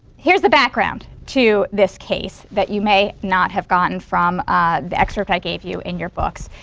here's the background to this case that you may not have gotten from the excerpt i gave you in your books.